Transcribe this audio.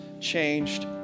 changed